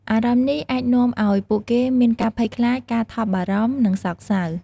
អារម្មណ៍នេះអាចនាំឱ្យពួកគេមានការភ័យខ្លាច ការថប់បារម្ភ និងសោកសៅ។